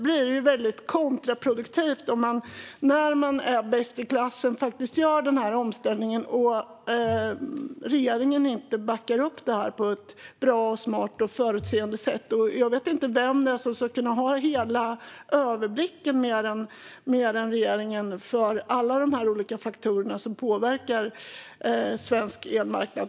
När man gör den här omställningen och är bäst i klassen blir det kontraproduktivt om regeringen inte backar upp det på ett bra, smart och förutseende sätt. Jag vet inte vilka det är mer än regeringen som ska kunna ha hela överblicken över alla de olika faktorer som påverkar svensk elmarknad.